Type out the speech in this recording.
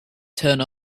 turn